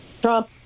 Trump